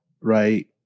right